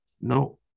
No